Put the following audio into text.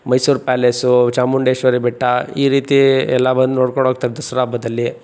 Mysuru palace Chamundeshwari ಬೆಟ್ಟ ಈ ರೀತಿ ಎಲ್ಲ ಬಂದು ನೋಡ್ಕೊಂಡು ಹೋಗ್ತರ್ ದಸರಾ ಹಬ್ಬದಲ್ಲಿ